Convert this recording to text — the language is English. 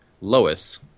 Lois